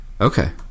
Okay